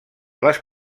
les